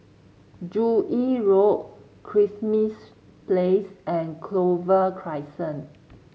Joo Yee Road Kismis Place and Clover Crescent